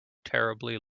terribly